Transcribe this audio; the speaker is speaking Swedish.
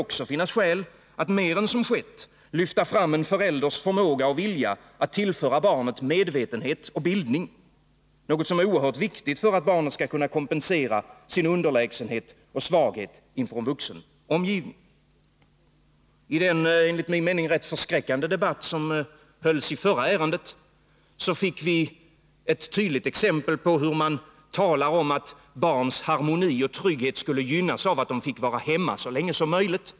också finnas skäl att mer än som skett lyfta fram en förälders förmåga och vilja att tillföra barnet medvetenhet och bildning, något som är oerhört viktigt för att barnet skall kunna kompensera sin underlägsenhet och svaghet inför en vuxen omgivning. I den enligt min mening rätt förskräckande debatt som fördes i föregående ärende fick vi ett tydligt exempel på hur man talar om att barns harmoni och trygghet skulle gynnas av att de fick vara hemma så länge som möjligt.